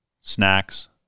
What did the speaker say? snacks